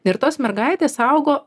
ir tos mergaitės augo